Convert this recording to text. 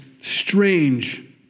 strange